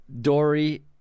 Dory